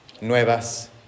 nuevas